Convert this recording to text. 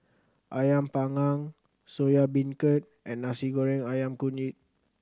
Ayam Panggang Soya Beancurd and Nasi Goreng Ayam Kunyit